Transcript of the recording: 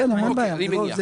ערבי,